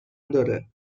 داره